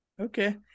Okay